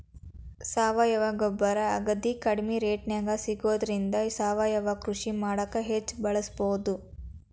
ಸಾವಯವ ಗೊಬ್ಬರ ಅಗದಿ ಕಡಿಮೆ ರೇಟ್ನ್ಯಾಗ ಸಿಗೋದ್ರಿಂದ ಸಾವಯವ ಕೃಷಿ ಮಾಡಾಕ ಹೆಚ್ಚ್ ಬಳಸಬಹುದು